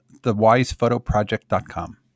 thewisephotoproject.com